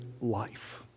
life